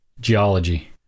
Geology